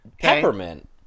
Peppermint